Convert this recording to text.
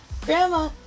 Grandma